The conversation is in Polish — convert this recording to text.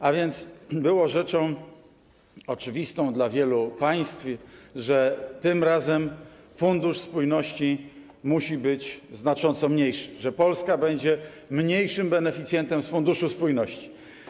Było więc rzeczą oczywistą dla wielu państw, że tym razem Fundusz Spójności musi być znacząco mniejszy, że Polska będzie mniejszym beneficjentem Funduszu Spójności.